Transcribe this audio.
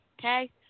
Okay